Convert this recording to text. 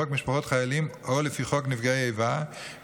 חוק משפחות חיילים או לפי חוק נפגעי איבה,